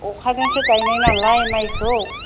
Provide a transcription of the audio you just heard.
अखाजोंसो गाइनाय नालाय माइखौ